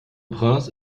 prince